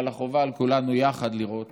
אבל חובה על כולנו יחד לראות